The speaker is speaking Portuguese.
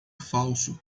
falso